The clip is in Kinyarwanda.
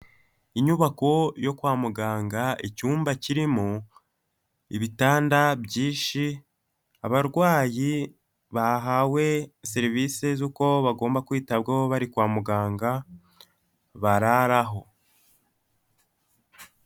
Inyubako yo kwa muganga, icyumba kirimo ibitanda byinshi, abarwayi bahawe serivisi z'uko bagomba kwitabwaho bari kwa muganga, bararaho.